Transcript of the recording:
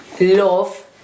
love